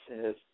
says